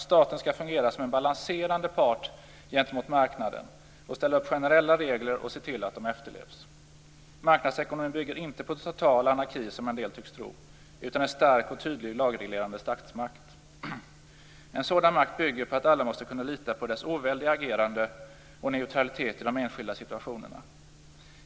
Staten skall fungera som en balanserande part gentemot marknaden, ställa upp generella regler och se till att de efterlevs. Marknadsekonomin bygger inte på en total anarki, som en del tycks tro, utan på en stark och tydlig lagreglerande statsmakt. En sådan makt bygger på att alla måste kunna lita på dess oväldiga agerande och neutralitet i de enskilda situationerna.